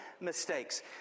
mistakes